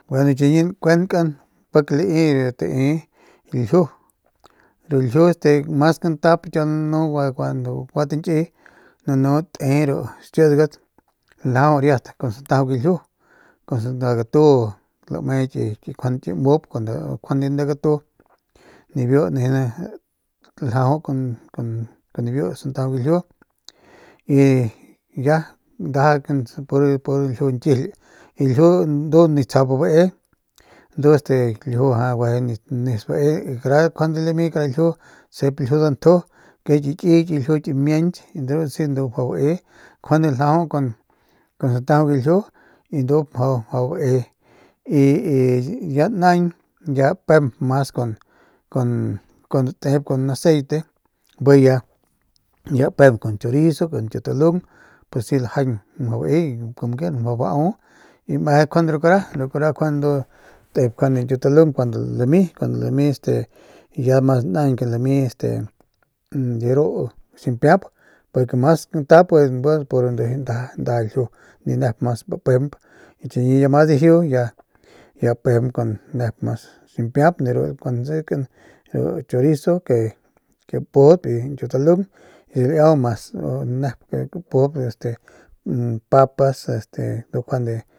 Gueno chiñi nkuenkan pik lai ru ljiu ru ljiu estemas kantap kiau nanu kuandu gua tañkiy nanu te ru xkidgat ljajau riat kun santajau galjiu kun nda gatu lame njuande nda ki mup njuande nda gatu nibiu nijiy ljajau biu santajau galjiu y ya ndaja pur ljiu ñkijiyl ru ljiu ndu nip tsjap bae y ndu este nip tsjap bae njuande lami kara ljiu tsjep kara ljiu dantju mjau ki kiyet ki miañki ndu casi mjau bae y njuande ljajau kun santajau galjiu y ndu ndu mjau bae y y ya naañ ya pemp mas con con aceite bi ya pemp con chorizo con nkiutalung pues si lajañ mjau bae y como quiera mjau baau y tep ñkiutalung y njuande ru kara talung cuando lami lami ya mas naañ que lami este ru de ru ximpiemp pus mas kantap bi pur ndaja pur ljiu ni nep mas chiñi ya mas dijiu ya pejemp mas nep ximpiemp de ru njuande nasekan ru chorizo ke pujudpy ñkiutalung y laiau mas nep pujudp nep skua papas este ndu njuande.